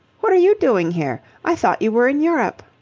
what are you doing here? i thought you were in europe.